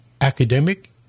academic